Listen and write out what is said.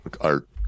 art